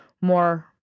more